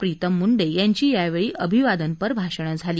प्रतिम मुंडे यांची यावेळी अभिवादनपर भाषणं झाली